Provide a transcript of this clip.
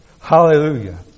Hallelujah